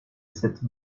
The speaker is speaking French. cette